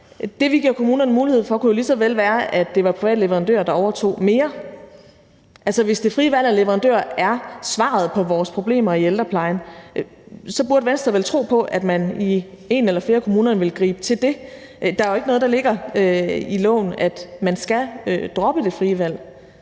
Det, vi giver kommunerne mulighed for, kunne jo lige så vel føre til, at det var private leverandører, der overtog mere. Altså, hvis det frie valg af leverandør er svaret på vores problemer i ældreplejen, burde Venstre vel tro på, at man i en eller flere kommuner ville gribe til det. Der står jo ikke i loven noget om, at man skal droppe det frie valg.